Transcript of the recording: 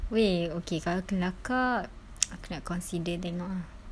wei okay kalau kelakar aku nak consider tengok ah